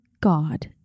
God